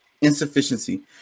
insufficiency